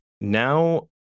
now